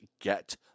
get